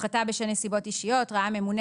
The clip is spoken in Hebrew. ראה הממונה,